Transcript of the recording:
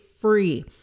free